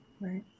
Right